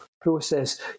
process